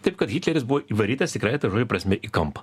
taip kad hitleris buvo įvarytas tikrąja to žodžio prasme į kampą